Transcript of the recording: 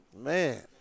Man